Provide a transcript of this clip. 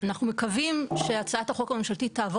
אנחנו מקווים שהצעת החוק הממשלתית תעבור